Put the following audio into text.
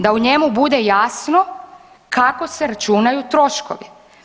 Da u njemu bude jasno kako se računaju troškovi.